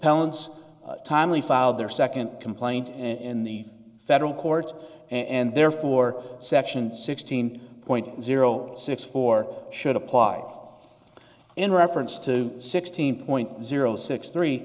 appellant's timely filed their second complaint in the federal court and therefore section sixteen point zero six four should apply in reference to sixteen point zero six three